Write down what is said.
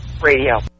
Radio